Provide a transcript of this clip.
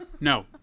No